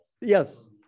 Yes